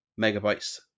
megabytes